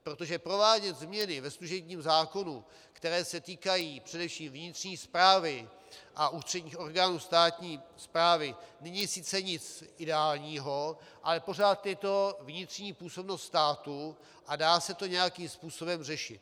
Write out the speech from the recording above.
Protože provádět změny ve služebním zákonu, které se týkají především vnitřní správy a ústředních orgánů státní správy, není sice nic ideálního, ale pořád je to vnitřní působnost státu a dá se to nějakým způsobem řešit.